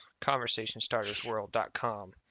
ConversationStartersWorld.com